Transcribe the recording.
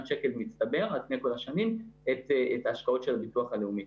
שקל מצטבר על פני כל השנים את ההשקעות של הביטוח הלאומי.